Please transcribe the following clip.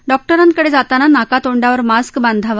डॉक्टरांकडे जाताना नाकातोंडावर मास्क बांधावा